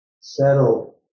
settle